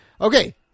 okay